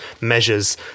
measures